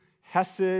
Hesed